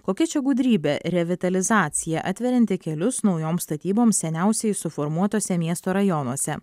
kokia čia gudrybė revitalizacija atverianti kelius naujoms statyboms seniausiai suformuotuose miesto rajonuose